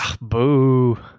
Boo